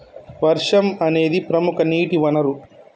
వర్షం అనేదిప్రముఖ నీటి వనరు